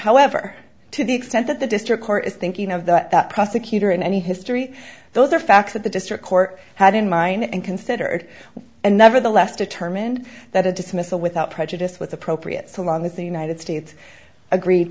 however to the extent that the district court is thinking of the prosecutor in any history those are facts that the district court had in mind and considered and nevertheless determined that a dismissal without prejudice with appropriate so long as the united states agreed